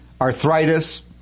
arthritis